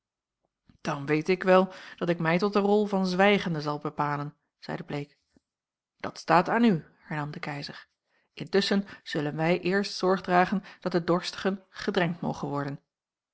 dan weet ik wel dat ik mij tot de rol van zwijgende zal bepalen zeide bleek dat staat aan u hernam de keizer intusschen zullen wij eerst zorg dragen dat de dorstigen gedrenkt mogen worden